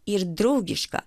ir draugiška